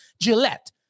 Gillette